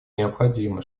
необходимо